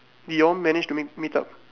did you all manage to meet meet up